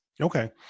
Okay